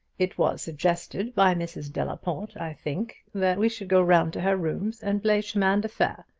it was suggested, by mrs. delaporte, i think, that we should go round to her rooms and play chemin de fer.